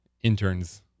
interns